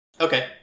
Okay